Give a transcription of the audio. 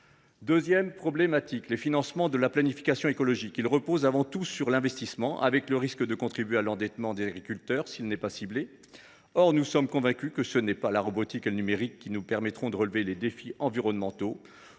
y a le problème des financements de la planification écologique. Ceux ci reposent avant tout sur l’investissement, avec le risque de contribuer à l’endettement des agriculteurs s’il n’est pas ciblé. Or nous sommes convaincus que ce n’est ni la robotique ni le numérique qui nous permettront de relever les défis environnementaux.